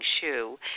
shoe